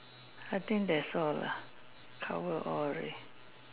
I think that's all lah cover all already